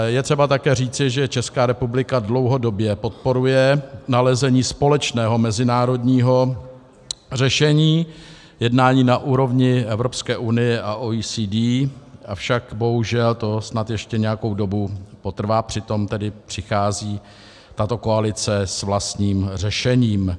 Je třeba také říci, že Česká republika dlouhodobě podporuje nalezení společného mezinárodního řešení jednáním na úrovni Evropské unie a OECD, avšak bohužel to ještě nějakou dobu potrvá, přitom tedy přichází tato koalice s vlastním řešením.